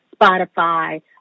Spotify